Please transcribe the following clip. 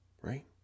right